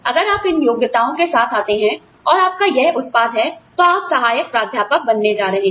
अगर आप इन योग्यताओं के साथ आते हैं और आपका यह उत्पाद है तो आप सहायक प्राध्यापक बनने जा रहे हैं